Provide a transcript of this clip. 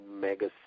mega